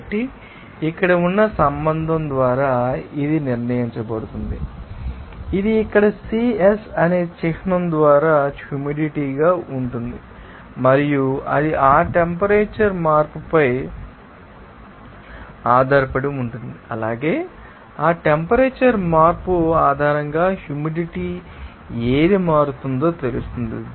కాబట్టి ఇక్కడ ఉన్న సంబంధం ద్వారా ఇది నిర్ణయించబడుతుంది ఇది ఇక్కడ Cs అనే చిహ్నం ద్వారా హ్యూమిడిటీ గా ఉంటుంది మరియు అది ఆ టెంపరేచర్ మార్పుపై ఆధారపడి ఉంటుంది అలాగే ఆ టెంపరేచర్ మార్పు ఆధారంగా హ్యూమిడిటీ ఏది మారుతుందో తెలుస్తుంది